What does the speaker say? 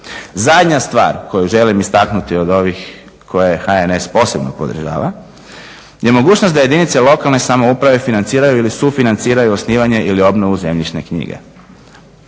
Zadnja stvar koju želim istaknuti od ovih koje je HNS posebno podržava je mogućnost da jedinice lokalne samouprave financiraju ili sufinanciraju osnivanje ili obnovu zemljišne knjige